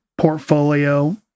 Portfolio